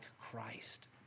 Christ